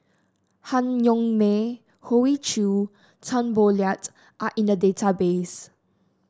Han Yong May Hoey Choo Tan Boo Liat are in the database